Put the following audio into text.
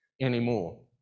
anymore